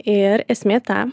ir esmė ta